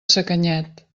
sacanyet